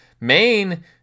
Main